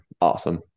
Awesome